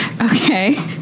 Okay